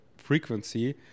frequency